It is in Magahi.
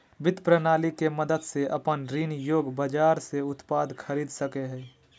वित्त प्रणाली के मदद से अपन ऋण योग्य बाजार से उत्पाद खरीद सकेय हइ